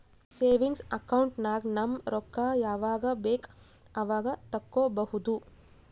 savings account ನಾಗ್ ನಮ್ ರೊಕ್ಕಾ ಯಾವಾಗ ಬೇಕ್ ಅವಾಗ ತೆಕ್ಕೋಬಹುದು